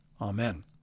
Amen